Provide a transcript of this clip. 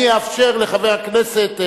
אני אאפשר לחבר הכנסת,